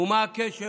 ומה הקשר?